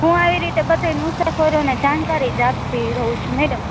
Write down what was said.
હુ આવી રીતે બધાં મુસાફરોને જાણકારી આપતી રહું છું મેડમ